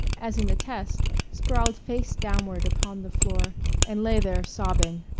as in the test, sprawled face downward upon the floor and lay there sobbing.